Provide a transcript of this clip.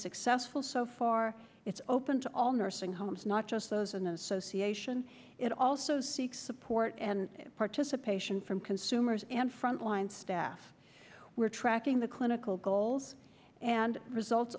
successful so far it's open to all nursing homes not just those an association it also seeks support and participation from consumers and frontline staff were tracking the clinical goals and results